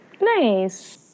Nice